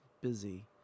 busy